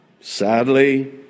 Sadly